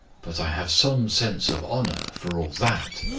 but i have some sense of honour for all that.